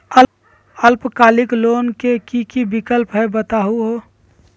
अल्पकालिक लोन के कि कि विक्लप हई बताहु हो?